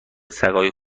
سگای